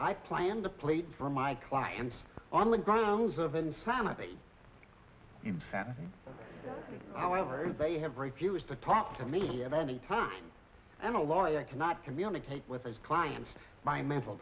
i planned the plates for my clients on the grounds of insanity however they have refused to talk to me at any time and a lawyer cannot communicate with his client my mental